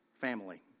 family